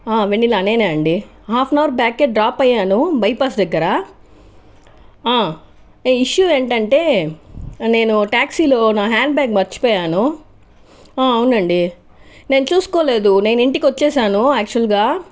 వెన్నెలా నేనే అండి half an hour back drop అయ్యాను బైపాస్ దగ్గర ఇష్యూ ఏంటంటే నేను ట్యాక్సీ లో నా హ్యాండ్ బ్యాగ్ మర్చిపోయాను అవునండి నేను చూసుకోలేదు నేను ఇంటికి వచ్చేసాను యాక్చువల్ గా